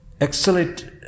Excellent